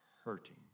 hurting